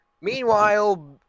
Meanwhile